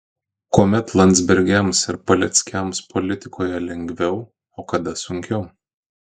kuomet landsbergiams ir paleckiams politikoje lengviau o kada sunkiau